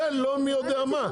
זה לא מי יודע מה.